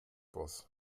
boss